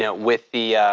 yeah with the.